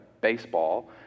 baseball